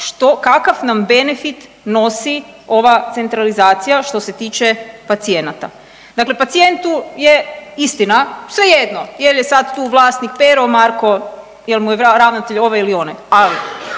kakav nam benefit nosi ova centralizacija što se tiče pacijenata. Dakle, pacijentu je istina svejedno jel' je sad tu vlasnik Pero, Marko, jel' mu ravnatelj ovaj ili onaj.